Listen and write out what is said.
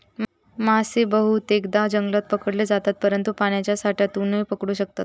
मासे बहुतेकदां जंगलात पकडले जातत, परंतु पाण्याच्या साठ्यातूनपण पकडू शकतत